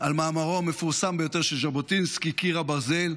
על מאמרו המפורסם ביותר של ז'בוטינסקי "קיר הברזל".